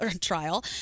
trial